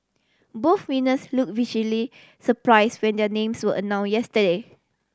both winners look surprise when their names were announce yesterday